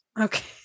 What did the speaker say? okay